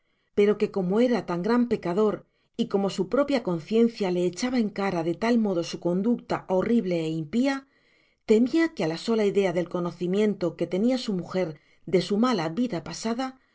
pero que como era tan gran pecador y como su propia conciencia le echaba en cara de tal modo su conducta horrible e impia temia que á la sola idea del conocimiento que tenia su mujer de su mala vida pasada